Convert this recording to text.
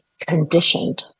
conditioned